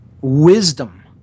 wisdom